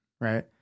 Right